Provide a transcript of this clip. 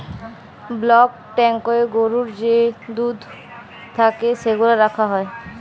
block ট্যাংকয়ে গরুর যে দুহুদ থ্যাকে সেগলা রাখা হ্যয়